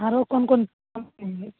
ओ कोन कोन पबनि होइ छै